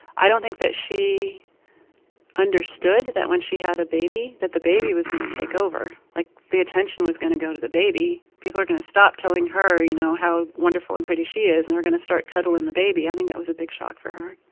i don't think that she understood that once she had a baby, that the baby was going to take over like the attention was going to go to the baby. people were going to stop telling her, you know, how wonderful and pretty she is, and they were going to start cuddling the baby. i think that was a big shock for her.